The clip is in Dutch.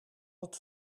het